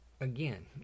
again